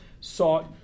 sought